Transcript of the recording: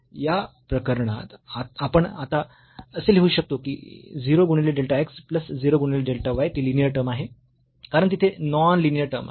तर या प्रकरणात आपण आता असे लिहू शकतो की 0 गुणिले डेल्टा x प्लस 0 गुणिले डेल्टा y ती लिनीअर टर्म आहे कारण तिथे नॉन लिनीअर टर्म आहे